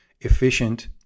efficient